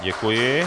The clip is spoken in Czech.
Děkuji.